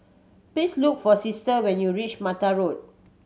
please look for Sister when you reach Mata Road